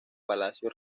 palacio